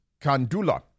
Kandula